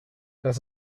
das